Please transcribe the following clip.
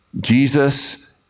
Jesus